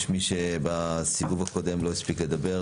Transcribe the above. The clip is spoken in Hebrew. יש מי שבסיבוב הקודם לא הספיק לדבר.